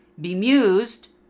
bemused